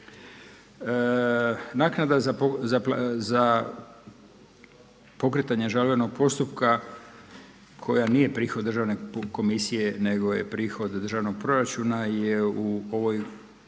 Naknada za pokretanje žalbenog postupka koja nije prihod državne komisije nego je prihod državnog proračuna je u ovoj